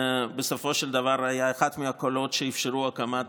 שבסופו של דבר היה אחד מהקולות שאפשרו את הקמת